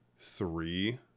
three